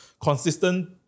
consistent